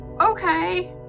okay